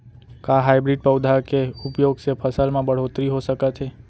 का हाइब्रिड पौधा के उपयोग से फसल म बढ़होत्तरी हो सकत हे?